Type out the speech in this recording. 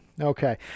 Okay